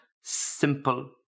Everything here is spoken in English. simple